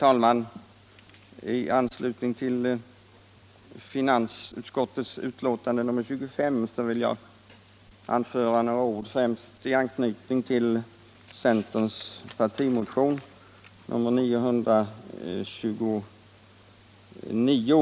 Herr talman! Jag vill säga några ord främst i anknytning till centerns partimotion 1975/76:929.